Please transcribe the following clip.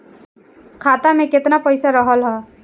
खाता में केतना पइसा रहल ह?